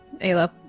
Ayla